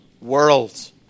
world